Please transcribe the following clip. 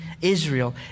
Israel